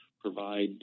provide